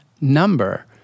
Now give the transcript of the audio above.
number